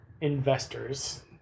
investors